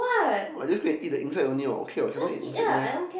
I didn't say you eat the insect only [what] okay [what] cannot eat the insect meh